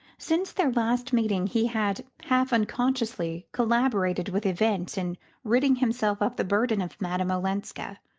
since their last meeting he had half-unconsciously collaborated with events in ridding himself of the burden of madame olenska.